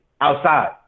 outside